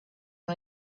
new